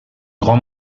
grand